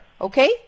Okay